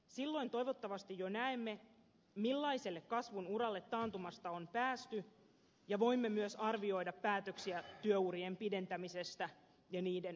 silloin toivottavasti jo näemme millaiselle kasvun uralle taantumasta on päästy ja voimme myös arvioida päätöksiä työurien pidentämisestä ja sen puremisesta